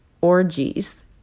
orgies